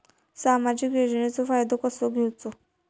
सामाजिक योजनांचो फायदो कसो घेवचो?